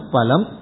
Palam